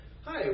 Hi